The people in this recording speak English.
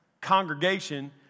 congregation